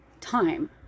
time